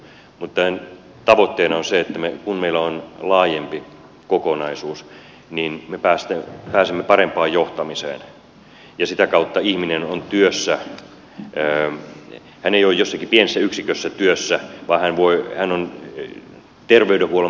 tämän tavoitteena on se että kun meillä on laajempi kokonaisuus niin me pääsemme parempaan johtamiseen ja sitä kautta ihminen on työssä hän ei ole jossakin pienessä yksikössä työssä vaan hän on terveydenhuollon palveluksessa